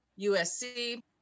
USC